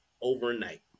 overnight